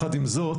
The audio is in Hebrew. יחד עם זאת,